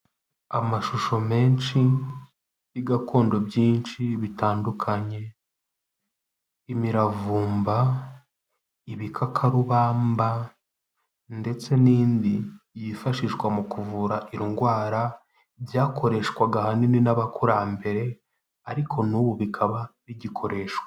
Amashusho menshi ya ibiti gakondo byinshi bitandukanye imiravumba, ibikakarubamba ndetse n'indi yifashishwa mu kuvura indwara byakoreshwaga ahanini n'abakurambere ariko n'ubu bikaba bigikoreshwa.